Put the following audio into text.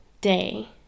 day